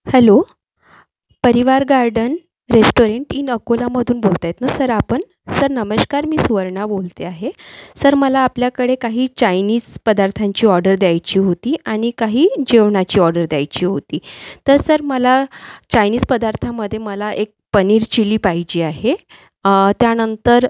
hello Parivar Garden Restaurant in अकोलामधून बोलताहेत ना सर आपण सर नमस्कार मी सुवर्णा बोलते आहे सर मला आपल्याकडे काही चायनीच पदार्थांची ऑर्डर द्यायची होती आणि काही जेवणाची ऑर्डर द्यायची होती तर सर मला चायनीस पदार्थामध्ये मला एक पनीर चिली पाहिजे आहे त्यानंतर